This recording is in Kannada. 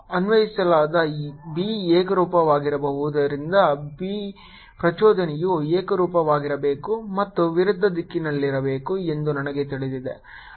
ಅನ್ವಯಿಸಲಾದ B ಏಕರೂಪವಾಗಿರುವುದರಿಂದ B ಪ್ರಚೋದನೆಯು ಏಕರೂಪವಾಗಿರಬೇಕು ಮತ್ತು ವಿರುದ್ಧ ದಿಕ್ಕಿನಲ್ಲಿರಬೇಕು ಎಂದು ನನಗೆ ತಿಳಿದಿದೆ